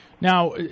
Now